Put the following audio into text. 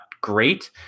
great